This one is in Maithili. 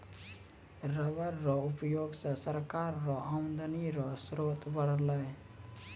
रबर रो उयोग से सरकार रो आमदनी रो स्रोत बरलै